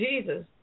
Jesus